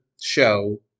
show